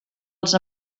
els